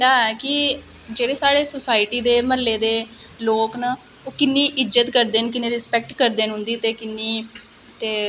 art एडं craft करदे time चित्रकला करदे टाइम तुस केह् केह् डिफीकलटीज स्हेई करने हो सारे कन्ने पैहलें में सनाना चाह्न्नी आं कि